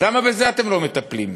למה בזה אתם לא מטפלים?